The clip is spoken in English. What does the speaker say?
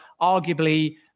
arguably